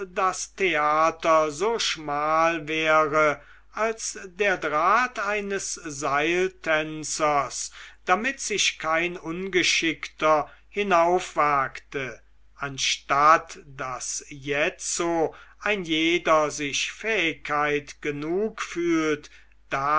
das theater so schmal wäre als der draht eines seiltänzers damit sich kein ungeschickter hinaufwagte anstatt daß jetzo ein jeder sich fähigkeit genug fühlt